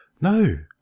no